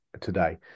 today